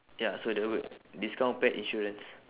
ya so there would discount pet insurance